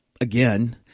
again